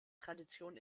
tradition